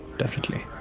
definitely